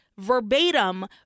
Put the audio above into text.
verbatim